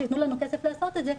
שיתנו לנו כסף לעשות את זה,